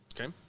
Okay